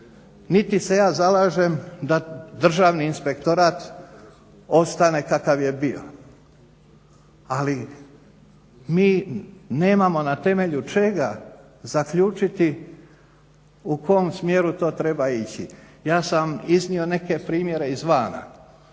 niti se ja zalažem da Državni inspektorat ostane kakav je bio. Ali mi nemamo na temelju čega zaključiti u kom smjeru to treba ići. Ja sam vam iznio neke primjere izvana.